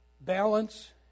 balance